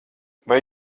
vai